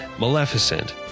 Maleficent